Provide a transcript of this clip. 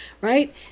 right